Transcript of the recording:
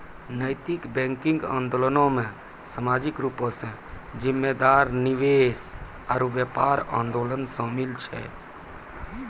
नैतिक बैंकिंग आंदोलनो मे समाजिक रूपो से जिम्मेदार निवेश आरु व्यापार आंदोलन शामिल छै